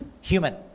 Human